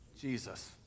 Jesus